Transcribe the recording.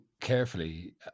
carefully